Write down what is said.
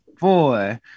Boy